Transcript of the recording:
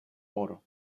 oro